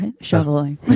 Shoveling